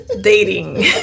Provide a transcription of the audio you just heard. dating